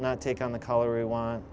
not take on the color we want